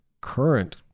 current